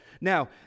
Now